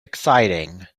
exciting